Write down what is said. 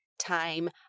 time